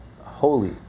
holy